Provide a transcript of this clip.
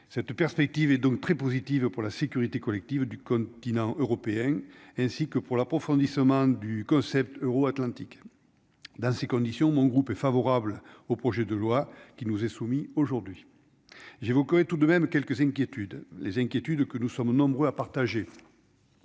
cette perspective est donc très positive pour la sécurité collective du continent européen, ainsi que pour l'approfondissement du concept euro-Atlantique dans ces conditions, mon groupe est favorable au projet de loi qui nous est soumis, aujourd'hui j'ai vous tout de même quelques inquiétudes, les inquiétudes que nous sommes nombreux à partager